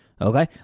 okay